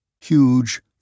Huge